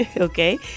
Okay